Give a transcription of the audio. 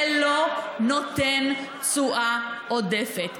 זה לא נותן תשואה עודפת.